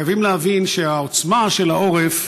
חייבים להבין שהעוצמה של העורף